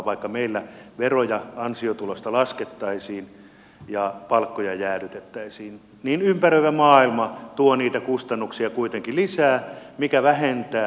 vaikka meillä veroja ansiotulosta laskettaisiin ja palkkoja jäädytettäisiin niin ympäröivä maailma tuo niitä kustannuksia kuitenkin lisää mikä vähentää